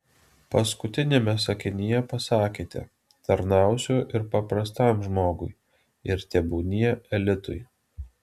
paskutiniame sakinyje pasakėte tarnausiu ir paprastam žmogui ir tebūnie elitui